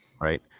right